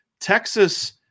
Texas